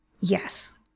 Yes